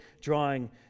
drawing